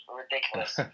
ridiculous